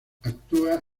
actúa